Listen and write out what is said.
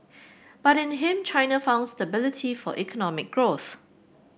but in him China found stability for economic growth